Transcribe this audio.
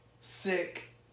sick